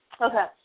Okay